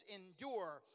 endure